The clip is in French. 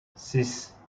six